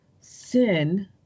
sin